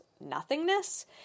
nothingness